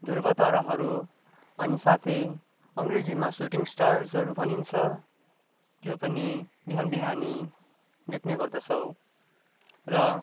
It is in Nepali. ध्रुव ताराहरू अनि साथै अङ्ग्रेजीमा सुटिङ स्टार्सहरू भनिन्छ त्यो पनि बिहान बिहानै देख्ने गर्दछौँ र